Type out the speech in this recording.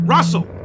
Russell